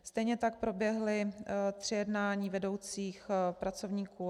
Stejně tak proběhly tři jednání vedoucích pracovníků SPC.